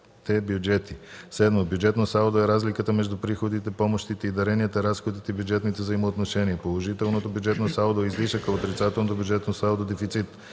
7. „Бюджетно салдо” е разликата между приходите, помощите и даренията, разходите и бюджетните взаимоотношения. Положителното бюджетно салдо е излишък, а отрицателното бюджетно салдо – дефицит.